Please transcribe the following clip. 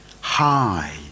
High